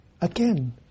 Again